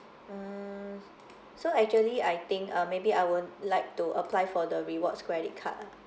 mm so actually I think uh maybe I would like to apply for the rewards credit card lah